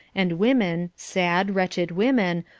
and women, sad, wretched women,